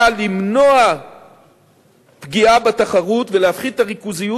בא למנוע פגיעה בתחרות ולהפחית את הריכוזיות